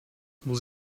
muss